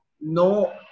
no